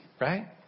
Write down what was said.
right